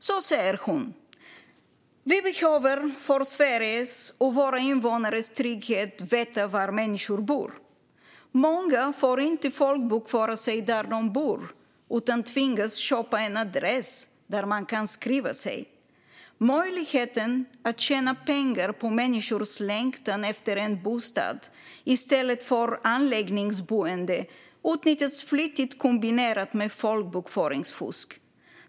Så här säger hon: "Vi behöver för Sveriges och våra invånares trygghet veta var människor bor. Många får inte folkbokföra sig där de bor utan tvingas köpa en adress där de kan skriva sig. Möjligheten att tjäna pengar på människors längtan efter en bostad istället för anläggningsboende utnyttjas flitigt kombinerat med folkbokföringsfusk.